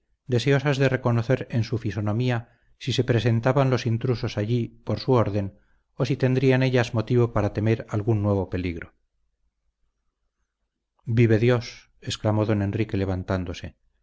deseosas de reconocer en su fisonomía si se presentaban los intrusos allí por su orden o si tendrían ellas motivo para temer algún nuevo peligro vive dios exclamó don enrique levantándose